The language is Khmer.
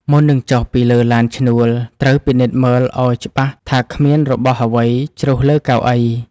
មុននឹងចុះពីលើឡានឈ្នួល ត្រូវពិនិត្យមើលឱ្យច្បាស់ថាគ្មានរបស់អ្វីជ្រុះលើកៅអី។